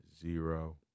zero